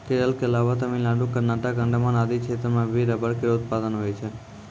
केरल क अलावा तमिलनाडु, कर्नाटक, अंडमान आदि क्षेत्रो म भी रबड़ केरो उत्पादन होय छै